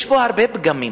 יש בו הרבה פגמים